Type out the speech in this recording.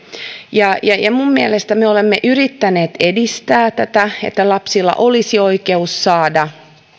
minun mielestäni me olemme yrittäneet edistää tätä että lapsilla olisi oikeus saada